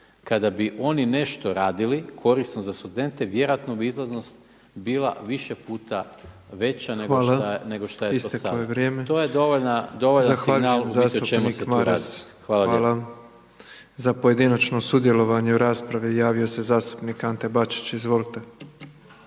Kada bi oni nešto radili korisno za studente, vjerojatno bi izlaznost bila više puta veća nego šta je to sada i to je dovoljan signal znati o čemu se tu radi. Hvala. **Petrov, Božo (MOST)** Zastupnik Maras, hvala. Za pojedinačno sudjelovanje u raspravi javio se zastupnik Ante Bačić, izvolite.